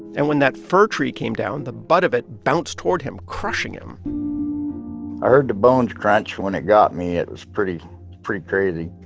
and when that fir tree came down, the butt of it bounced toward him, crushing him and bones crunch when it got me. it was pretty pretty crazy.